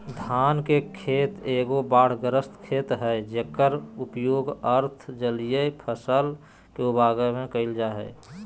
धान के खेत एगो बाढ़ग्रस्त खेत हइ जेकर उपयोग अर्ध जलीय फसल के उगाबे लगी कईल जा हइ